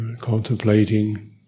contemplating